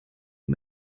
ihm